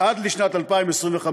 עד לשנת 2025,